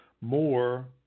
more